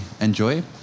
enjoy